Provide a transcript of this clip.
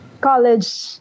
college